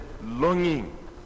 longing